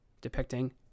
depicting